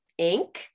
Inc